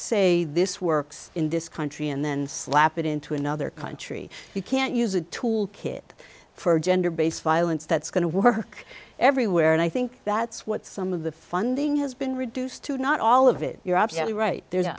say this works in this country and then slap it into another country you can't use a tool kit for gender based violence that's going to work everywhere and i think that's what some of the funding has been reduced to not all of it you're absolutely right there